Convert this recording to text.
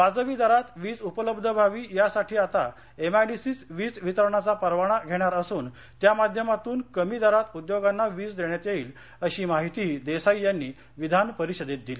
वाजवी दरात वीज उपलब्ध व्हावी यासाठी आता एमआयडीसीच वीज वितरणाचा परवाना घेणार असून त्या माध्यमातून कमी दरात उद्योगांना वीज देण्यात येईल अशी माहितीही देसाई यांनी विधान परिषदेत दिली